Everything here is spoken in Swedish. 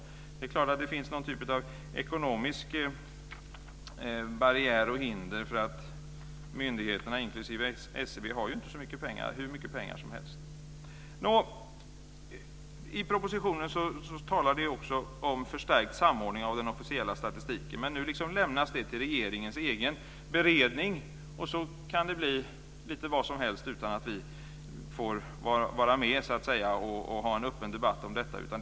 I och för sig är det klart att det finns någon typ av ekonomisk barriär eller något ekonomiskt hinder eftersom myndigheterna, inklusive SCB, ju inte har hur mycket pengar som helst. I propositionen talas det också om förstärkt samordning av den officiella statistiken. Men nu lämnas det till regeringens egen beredning. Sedan kan det bli lite vad som helst utan att vi får vara med och föra en öppen debatt om det hela.